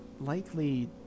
likely